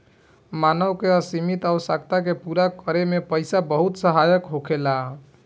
मानव के असीमित आवश्यकता के पूरा करे में पईसा बहुत सहायक होखेला